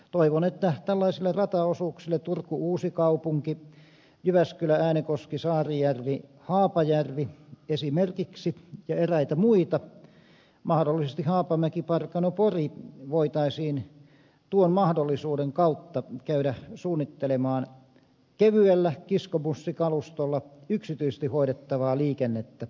toivon että tällaisille rataosuuksille turkuuusikaupunki jyväskylääänekoskisaarijärvihaapajärvi esimerkiksi ja eräitä muita mahdollisesti haapamäkiparkanopori voitaisiin tuon mahdollisuuden kautta käydä suunnittelemaan kevyellä kiskobussikalustolla yksityisesti hoidettavaa liikennettä